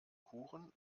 kuchen